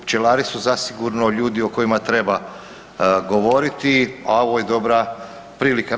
Pčelari su zasigurno ljudi o kojima treba govoriti, a ovo je dobra prilika.